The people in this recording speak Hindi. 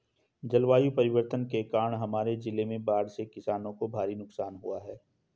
जलवायु परिवर्तन के कारण हमारे जिले में बाढ़ से किसानों को भारी नुकसान हुआ है